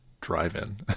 drive-in